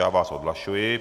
Já vás odhlašuji.